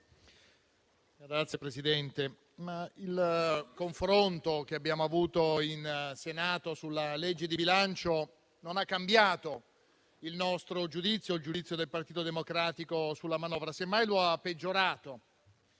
il confronto che abbiamo avuto in Senato sul disegno di legge di bilancio non ha cambiato il nostro giudizio, il giudizio del Partito Democratico sulla manovra; semmai lo ha peggiorato.